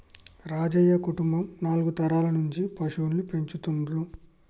రాజయ్య కుటుంబం నాలుగు తరాల నుంచి పశువుల్ని పెంచుతుండ్లు